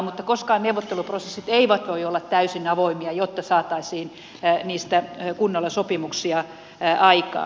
mutta koskaan neuvotteluprosessit eivät voi olla täysin avoimia jotta saataisiin niistä kunnolla sopimuksia aikaan